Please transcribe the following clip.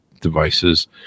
devices